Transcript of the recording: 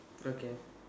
okay